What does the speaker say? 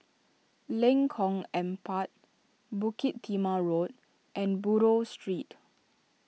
Lengkong Empat Bukit Timah Road and Buroh Street